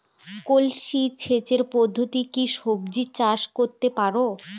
কলসি সেচ পদ্ধতিতে কি সবজি চাষ করতে পারব?